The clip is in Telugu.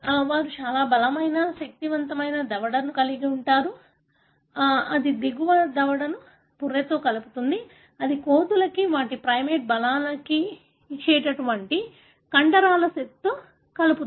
వారు చాలా బలమైన శక్తివంతమైన దవడను కలిగి ఉంటారు మరియు దవడ పనిచేయడానికి అది దిగువ దవడను పుర్రెతో కలుపుతుంది అది కోతులకి వాటి ప్రైమేట్స్కు బలాన్ని ఇచ్చే కండరాల సెట్తో కలుపుతుంది